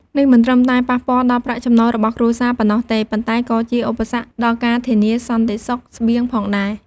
នេះមិនត្រឹមតែប៉ះពាល់ដល់ប្រាក់ចំណូលរបស់គ្រួសារប៉ុណ្ណោះទេ ប៉ុន្តែក៏ជាឧបសគ្គដល់ការធានាសន្តិសុខស្បៀងផងដែរ។